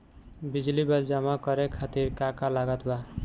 बिजली बिल जमा करे खातिर का का लागत बा?